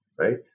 right